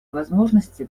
возможности